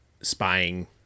spying